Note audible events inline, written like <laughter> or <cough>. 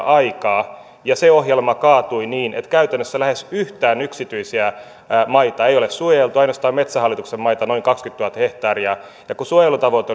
<unintelligible> aikaa ja se ohjelma kaatui niin että käytännössä lähes yhtään yksityisiä maita ei ole suojeltu ainoastaan metsähallituksen maita noin kaksikymmentätuhatta hehtaaria ja suojelutavoite <unintelligible>